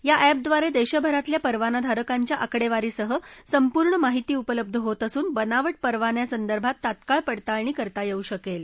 या एपड्वारे देशभरातल्या परवाना धारकांच्या आकडेवारीसह संपूर्ण माहिती उपलब्ध होत असून बनावट परवान्यासंदर्भात तात्काळ पडताळणी करता येऊ शकेल